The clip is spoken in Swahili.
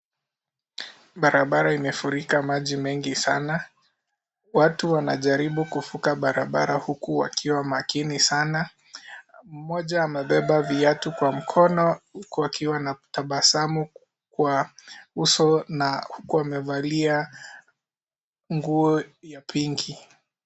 Barabara imefurika maji mengi sana. Watu wanajaribu kuvuka barabara huku wakiwa makini sana. Moja amebeba viatu kwa mkono, huku akiwa na tabasamu wa uso na huku amevalia nguo ya pinki